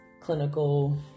clinical